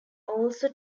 also